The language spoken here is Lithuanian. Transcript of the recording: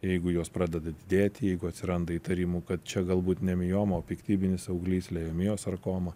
jeigu jos pradeda didėti jeigu atsiranda įtarimų kad čia galbūt ne mioma o piktybinis auglys lejomiosarkoma